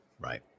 Right